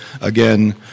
again